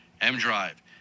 M-Drive